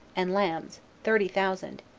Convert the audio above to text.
and lambs, thirty thousand,